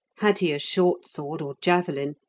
had he a short sword, or javelin,